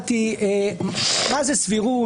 מה זה סבירות?